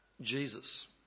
Jesus